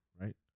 right